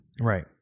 Right